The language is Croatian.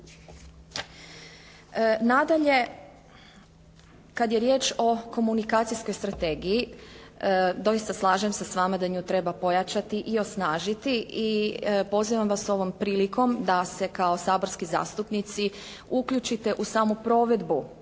Nadalje, kada je riječ o komunikacijskoj strategiji, doista slažem se s vama da nju treba pojačati i osnažiti i pozivam vas ovom prilikom da se kao saborski zastupnici uključite u samu provedbu